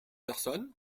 personnes